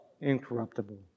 incorruptible